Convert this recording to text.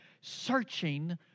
searching